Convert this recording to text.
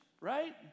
right